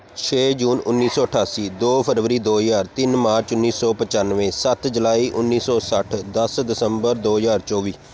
ਛੇ ਜੂਨ ਉੱਨੀ ਸੌ ਅਠਾਸੀ ਦੋ ਫਰਵਰੀ ਦੋ ਹਜ਼ਾਰ ਤਿੰਨ ਮਾਰਚ ਉੱਨੀ ਸੌ ਪਚਾਨਵੇਂ ਸੱਤ ਜੁਲਾਈ ਉੱਨੀ ਸੌ ਸੱਠ ਦਸ ਦਸੰਬਰ ਦੋ ਹਜ਼ਾਰ ਚੌਵੀ